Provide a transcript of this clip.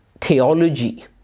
theology